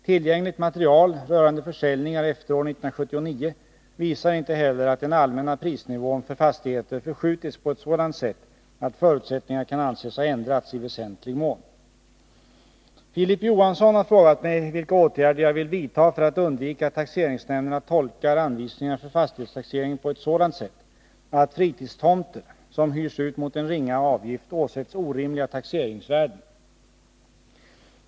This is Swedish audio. Tillgängligt material rörande försäljningar efter år 1979 visar inte heller att den allmänna prisnivån för fastigheter förskjutits på ett sådant sätt att förutsättningarna kan anses ha ändrats i väsentlig mån. Filip Johansson har frågat mig vilka åtgärder jag vill vidta för att undvika att taxeringsnämnderna tolkar anvisningarna för fastighetstaxeringen på ett sådant sätt att fritidstomter som hyrs ut mot en ringa avgift åsätts orimliga taxeringsvärden.